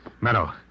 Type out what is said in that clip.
Meadow